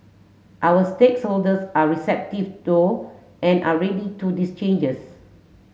our stakes holders are receptive to and are ready for this changes